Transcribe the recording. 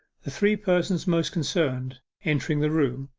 the three persons most concerned entering the room,